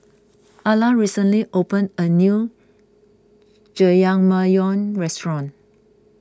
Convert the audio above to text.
Alla recently opened a new Jajangmyeon restaurant